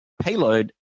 payload